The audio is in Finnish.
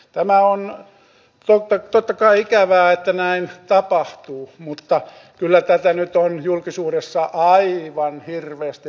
tämä on totta kai ikävää että näin tapahtuu mutta kyllä tätä nyt on julkisuudessa aivan hirveästi liioiteltu